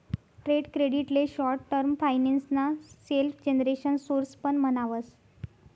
trade credit ले short term finance ना self generation source पण म्हणावस